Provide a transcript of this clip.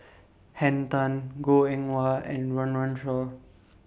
Henn Tan Goh Eng Wah and Run Run Shaw